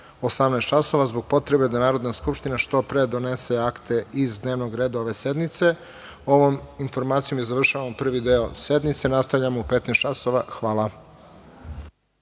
časova zbog potrebe da Narodna skupština što pre donose akte iz dnevnog reda ove sednice. Ovom informacijom završavamo prvi deo sednice. Nastavljamo u 15.00 časova.